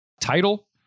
title